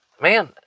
Man